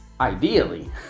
ideally